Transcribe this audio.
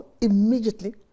immediately